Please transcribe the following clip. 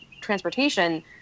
transportation